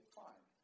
fine